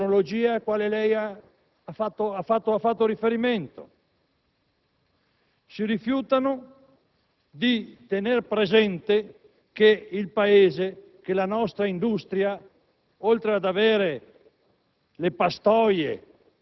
delle nuove tecnologie cui lei ha fatto riferimento. Si rifiutano di tener presente che il Paese, la nostra industria, oltre ad avere